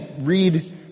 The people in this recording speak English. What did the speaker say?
read